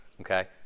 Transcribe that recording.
Okay